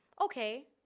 Okay